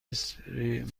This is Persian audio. اسپری